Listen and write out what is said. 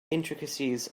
intricacies